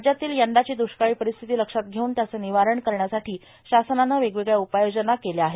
राज्यातील यंदाची दुष्काळी परिस्थिती लक्षात घेऊन त्याचे निवारण करण्यासाठी शासनाने वेगवेगळ्या उपाययोजना केल्या आहेत